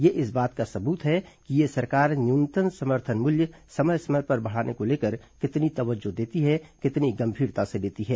ये इस बात का सबूत है कि ये सरकार न्यूनतम समर्थन मूल्य समय समय पर बढ़ाने को कितनी तवज्जो देती है कितनी गंभीरता से लेती है